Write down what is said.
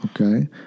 Okay